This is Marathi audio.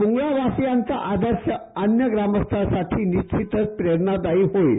पूंगळा वासियांचा आदर्श अन्य ग्रामस्थांसाठी निश्चितच प्रेरणादायी होईल